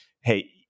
hey